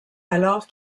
alors